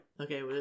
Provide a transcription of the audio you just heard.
Okay